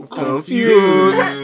confused